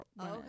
Okay